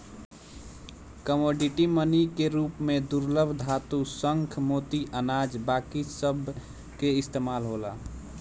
commodity money के रूप में दुर्लभ धातु, शंख, मोती, अनाज बाकी सभ के इस्तमाल होला